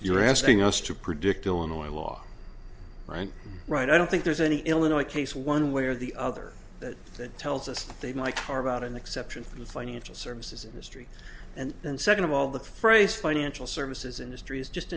you're asking us to predict illinois law right right i don't think there's any illinois case one way or the other that that tells us they like about an exception for the financial services industry and then second of all the phrase financial services industry is just